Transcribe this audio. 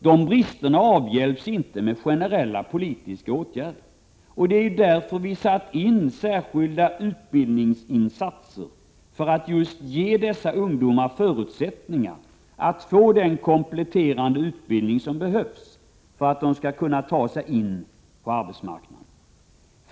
De bristerna avhjälps inte med generella politiska åtgärder. Därför har vi gjort särskilda utbildningsinsatser för att ge dessa ungdomar förutsättningar att få den kompletterande utbildning som behövs för att de skall kunna ta sig in på arbetsmarknaden.